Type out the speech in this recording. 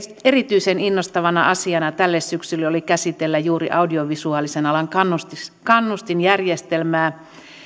erityisen innostavana asiana tälle syksylle oli käsitellä juuri audiovisuaalisen alan kannustinjärjestelmää